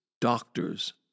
doctors